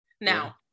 now